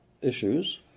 issues